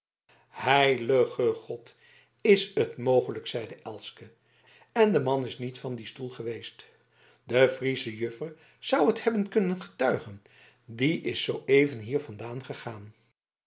heilige god is het mogelijk zeide elske en de man is niet van dien stoel geweest de friesche juffer zou het hebben kunnen getuigen die is zooeven hier vandaan gegaan